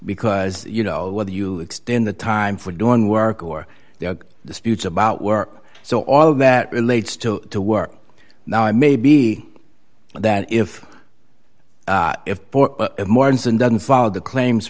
because you know whether you extend the time for doing work or there are disputes about work so all that relates to the work now i may be that if mourns and doesn't follow the claims